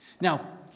Now